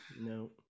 No